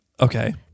Okay